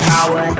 Power